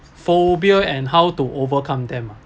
phobia and how to overcome them ah